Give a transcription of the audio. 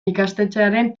ikastetxearen